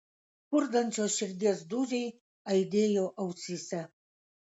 spurdančios širdies dūžiai aidėjo ausyse